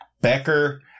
Becker